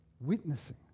Witnessing